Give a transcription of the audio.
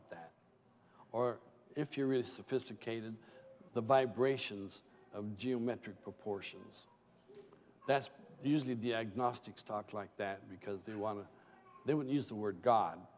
it that or if you're really sophisticated the vibrations of geometric proportions that's usually the gnostics talk like that because they want to they would use the word god